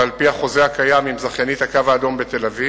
ועל-פי החוזה הקיים עם זכיינית "הקו האדום"